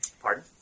Pardon